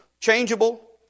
changeable